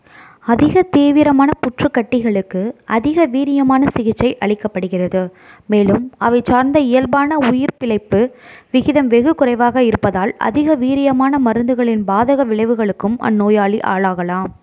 அதிகத் தீவிரமான புற்றுக்கட்டிகளுக்கு அதிக வீரியமான சிகிச்சை அளிக்கப்படுகிறது மேலும் அவை சார்ந்த இயல்பான உயிர்பிழைப்பு விகிதம் வெகு குறைவாக இருப்பதால் அதிக வீரியமான மருந்துகளின் பாதக விளைவுகளுக்கும் அந்நோயாளி ஆளாகலாம்